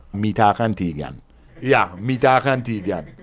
me talk antiguan yeah, me talk antiguan.